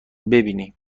ببینی